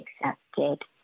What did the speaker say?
accepted